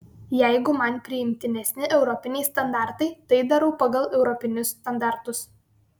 jeigu man priimtinesni europiniai standartai tai darau pagal europinius standartus